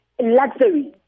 luxury